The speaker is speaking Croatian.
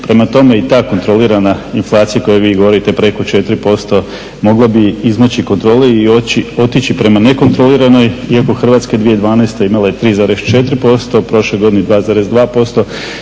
Prema tome i ta kontrolirana inflacija o kojoj vi govorite preko 4% mogla bi izmoći kontroli i otići prema nekontroliranoj, iako je Hrvatska 2012.imala 3,4% u prošloj godini 2,2%